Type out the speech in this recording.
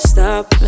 Stop